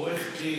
עורך דין,